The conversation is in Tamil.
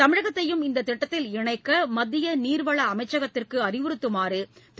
தமிழகத்தையும் இந்த திட்டத்தில் இணைக்க மத்திய நீர்வள அமைச்சகத்திற்கு அறிவுறுத்துமாறு திரு